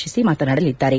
ಅಮಿತ್ ಮಾತನಾಡಲಿದ್ದಾರೆ